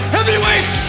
Heavyweight